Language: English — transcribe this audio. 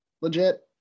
legit